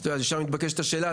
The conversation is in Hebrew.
אז עכשיו מתבקשת השאלה,